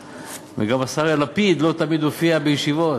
וגם השר לפיד לא תמיד הופיע בישיבות.